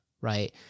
right